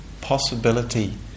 possibility